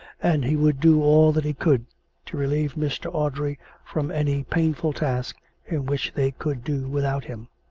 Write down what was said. and he would do all that he could to relieve mr. audrey from any painful task in which they could do without him.